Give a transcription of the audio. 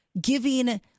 giving